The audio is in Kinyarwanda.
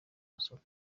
misoro